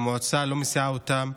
המועצה לא מסיעה אותם,